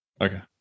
Okay